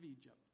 Egypt